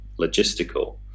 logistical